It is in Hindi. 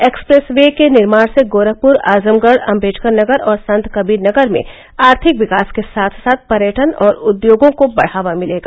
एक्सप्रेस वे के निर्माण से गोरखपुर आजमगढ़ अंबेडकरनगर और संतकबीरनगर में आर्थिक विकास के साथ साथ पर्यटन और उद्योगों को बढ़ावा मिलेगा